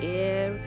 air